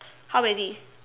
how many